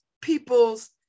people's